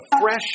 fresh